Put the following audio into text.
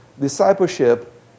discipleship